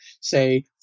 say